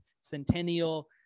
centennial